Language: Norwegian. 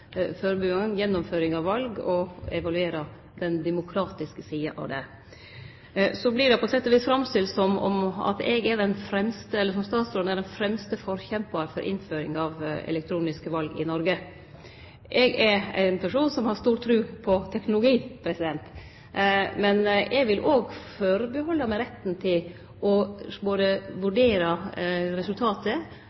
av valet og evaluere den demokratiske sida av det. Så vert det på sett og vis framstilt som om statsråden er den fremste forkjemparen for innføring av elektroniske val i Noreg. Eg er ein person som har stor tru på teknologi, men eg vil òg forbeholde meg retten til både å